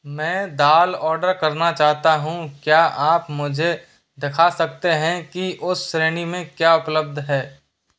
मैं दाल ऑर्डर करना चाहता हूँ क्या आप मुझे दिखा सकते हैं कि उस श्रेणी में क्या उपलब्ध है